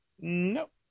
Nope